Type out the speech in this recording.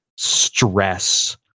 stress